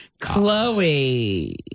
Chloe